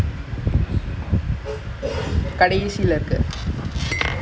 need C_V oh they put the C_V resume nice wait [what]